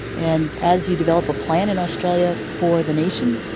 and as you develop a plan in australia for the nation,